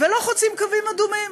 ולא חוצים קווים אדומים.